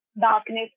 darkness